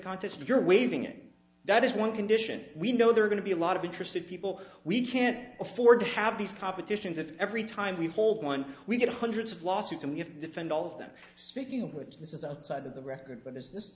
contest you're waving that is one condition we know there are going to be a lot of interested people we can't afford to have these competitions if every time we hold one we get hundreds of lawsuits and if defend all of them speaking of which this is outside of the record but is this